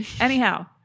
anyhow